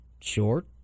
short